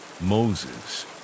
moses